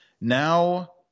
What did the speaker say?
now